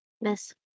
Miss